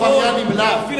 הוא עבריין נמלט.